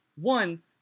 One